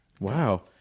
wow